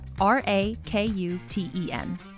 R-A-K-U-T-E-N